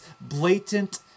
blatant